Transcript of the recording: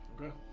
Okay